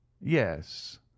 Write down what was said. Yes